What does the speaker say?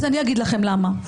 אז אני אגיד לכם למה.